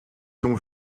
ton